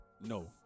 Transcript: No